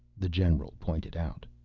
the general pointed out.